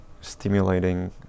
stimulating